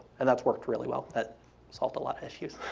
and that's worked really well, that solved a lot of issues.